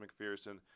mcpherson